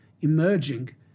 emerging